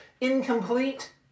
incomplete